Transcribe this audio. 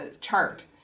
chart